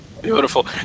Beautiful